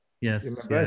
yes